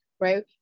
right